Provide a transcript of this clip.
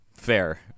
Fair